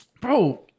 bro